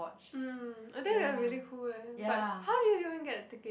mm I think that they're really cool eh but how did you even get the ticket